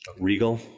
Regal